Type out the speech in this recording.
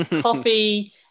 Coffee